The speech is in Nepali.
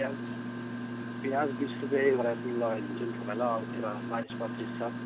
प्याज प्याज बिस रुपियाँ गरेर लगाइदिन्छु नि तपाईँलाई अरूतिर बाइस पच्चिस छ